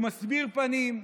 הוא מסביר פנים,